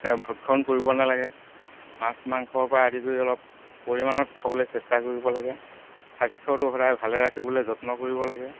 ভক্ষণ কৰিব নালাগে মাছ মাংসৰ পৰা আদি কৰি অলপ পৰিমাণত খাবলৈ চেষ্টা কৰিব লাগে স্বাস্থ্যটো সদায় ভালে ৰাখিবলৈ যত্ন কৰিব লাগে